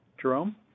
Jerome